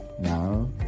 Now